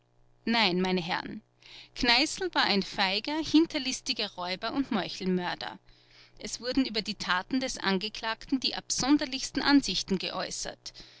nein meine herren kneißl war ein feiger hinterlistiger räuber und meuchelmörder es wurden über die taten des angeklagten die absonderlichsten ansichten geäußert